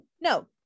no